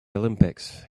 olympics